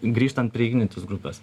grįžtant prie ignitis grupės